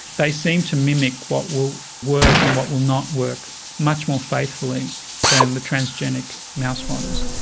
they seem to mimic what will work and what will not work much more faithfully than the transgenic mouse models.